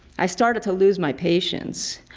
i started to lose my patience.